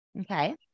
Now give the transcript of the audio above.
Okay